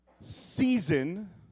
season